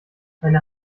meine